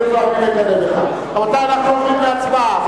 רבותי, אנחנו עוברים להצבעה.